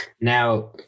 now